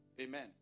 Amen